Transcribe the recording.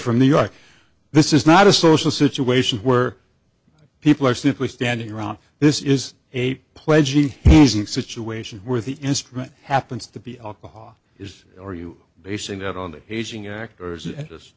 from new york this is not a social situation where people are simply standing around this is a pledge and using situations where the instrument happens to be alcohol is or you basing that on the hazing actors a